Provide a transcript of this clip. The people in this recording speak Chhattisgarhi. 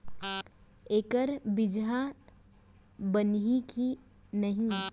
एखर बीजहा बनही के नहीं?